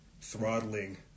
throttling